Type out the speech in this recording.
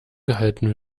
gehalten